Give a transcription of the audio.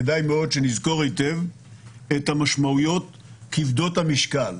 כדאי מאוד שנזכור היטב את המשמעויות כבדות המשקל.